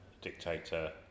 dictator